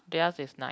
their is nine